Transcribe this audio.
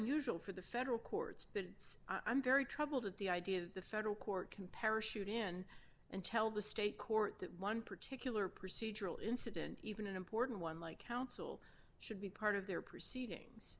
unusual for the federal courts but it's i'm very troubled at the idea of the federal court compare a shoot in and tell the state court that one particular procedural incident even an important one like counsel should be part of their proceedings